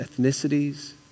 ethnicities